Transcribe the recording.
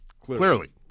Clearly